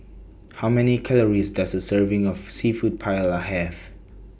How Many Calories Does A Serving of Seafood Paella Have